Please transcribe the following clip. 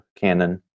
canon